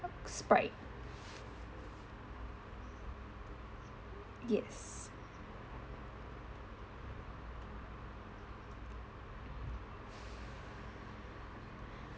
sprite yes